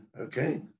okay